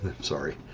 sorry